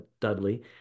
Dudley